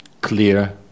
clear